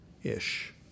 ish